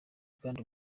kandi